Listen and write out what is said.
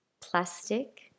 plastic